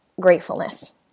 gratefulness